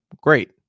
Great